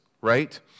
right